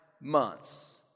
months